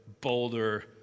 bolder